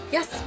Yes